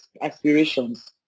aspirations